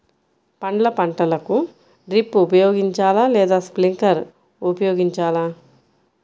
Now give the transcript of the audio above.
పండ్ల పంటలకు డ్రిప్ ఉపయోగించాలా లేదా స్ప్రింక్లర్ ఉపయోగించాలా?